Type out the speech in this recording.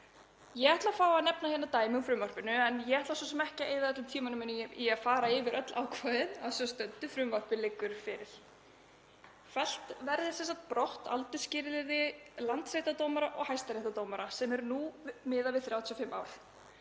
Ég ætla að fá að nefna dæmi úr frumvarpinu en ég ætla svo sem ekki að eyða öllum tímanum í að fara yfir öll ákvæði að svo stöddu, frumvarpið liggur fyrir. Fellt verði brott aldursskilyrði landsréttardómara og hæstaréttardómara sem er nú miðað við 35 ár.